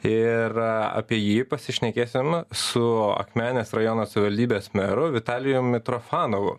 ir apie jį pasišnekėsim su akmenės rajono savivaldybės meru vitalijum mitrofanovu